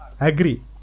Agree